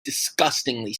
disgustingly